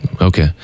Okay